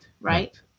Right